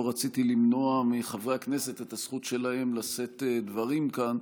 לא רציתי למנוע מחברי הכנסת את הזכות שלהם לשאת דברים כאן,